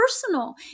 personal